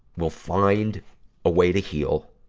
will find a way to heal